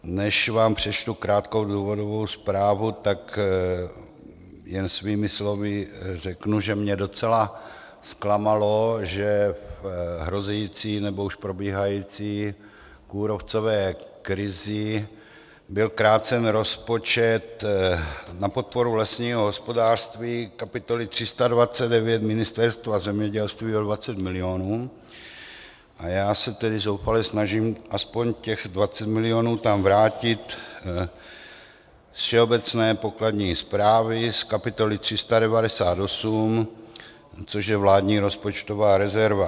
Než vám přečtu krátkou důvodovou zprávu, tak jen svými slovy řeknu, že mě docela zklamalo, že v hrozící, nebo už probíhající kůrovcové krizi byl krácen rozpočet na podporu lesního hospodářství kapitoly 329 Ministerstva zemědělství o 20 mil., a já se tedy zoufale snažím aspoň těch 20 mil. tam vrátit z Všeobecné pokladní správy, z kapitoly 398, což je vládní rozpočtová rezerva.